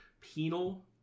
penal